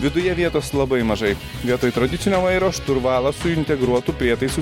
viduje vietos labai mažai vietoj tradicinio vairo šturvalą su integruotu prietaisu